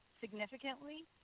significantly